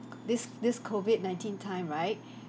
this this COVID nineteen time right